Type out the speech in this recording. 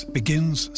begins